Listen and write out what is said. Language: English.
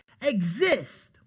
exist